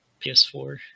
PS4